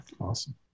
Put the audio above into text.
Awesome